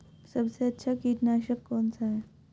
सबसे अच्छा कीटनाशक कौन सा है?